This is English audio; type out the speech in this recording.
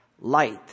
light